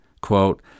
Quote